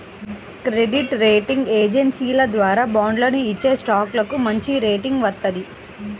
credit rating ఏజెన్సీల ద్వారా బాండ్లను ఇచ్చేస్టాక్లకు మంచిరేటింగ్ వత్తది